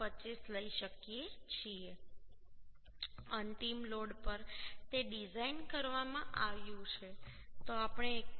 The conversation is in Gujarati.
25 લઈ શકીએ છીએ છે અંતિમ લોડ પર તે ડિઝાઇન કરવામાં આવ્યું છે તો આપણે 1